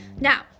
Now